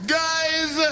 guys